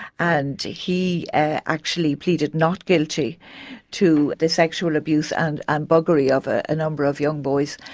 and he actually pleaded not guilty to the sexual abuse and ah buggery of ah a number of young boys,